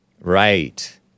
Right